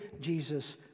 Jesus